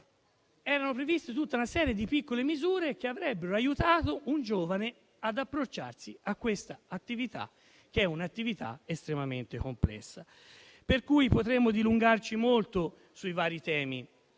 sugli acquisti e tutta una serie di piccole misure che avrebbero aiutato un giovane ad approcciarsi a questa attività, che è estremamente complessa. Potremmo dilungarci molto sui vari temi,